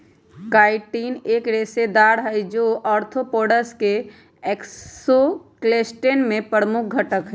chitin एक रेशेदार हई, जो आर्थ्रोपोड्स के एक्सोस्केलेटन में प्रमुख घटक हई